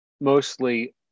mostly